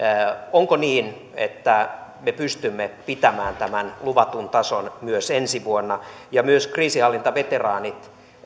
onko niin että me pystymme pitämään tämän luvatun tason myös ensi vuonna myös kriisinhallintaveteraanien